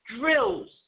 drills